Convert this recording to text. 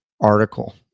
article